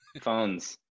phones